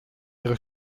ihre